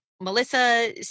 Melissa